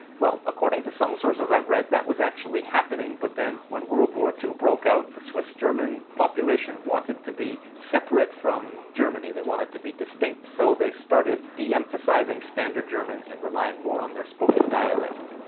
well, according to some sources i've read, that was actually happening but then, when world war two broke out, the swiss german population wanted to be separate from germany, they wanted to be distinct, so they started de-emphasizing standard german and relying more on their spoken dialect.